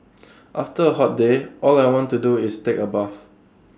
after A hot day all I want to do is take A bath